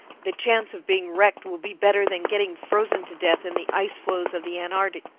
the chance of being wrecked will be better than getting frozen to death in the ice-floes of the antarctic.